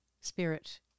spirit